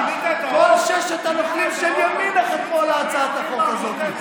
כל ששת הנוכלים של ימינה חתמו על הצעת החוק הזאת.